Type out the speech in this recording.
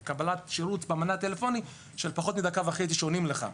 שירות במענה הטלפוני של פחות מדקה וחצי שעונים לך.